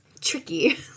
tricky